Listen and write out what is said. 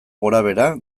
gorabehera